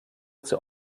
zur